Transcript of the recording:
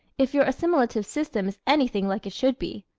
if your assimilative system is anything like it should be.